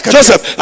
Joseph